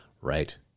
right